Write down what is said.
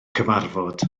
cyfarfod